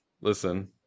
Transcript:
listen